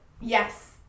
Yes